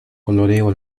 coloreó